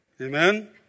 Amen